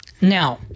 Now